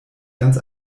ganz